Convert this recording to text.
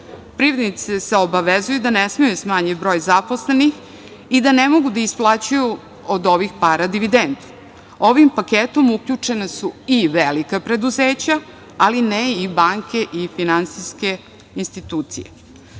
Privrednici se obavezuju da ne smeju da smanje broj zaposlenih i da ne mogu da isplaćuju od ovih para dividendu. Ovim paketom uključena su i velika preduzeća, ali ne i banke i finansijske institucije. Pored